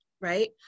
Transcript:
right